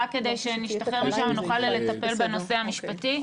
רק שכדי שנשתחרר משם ונוכל לטפל בנושא המשפטי.